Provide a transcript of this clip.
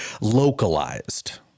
localized